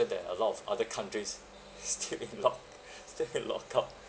than a lot of other countries still in lock still in lockout